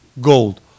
gold